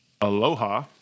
Aloha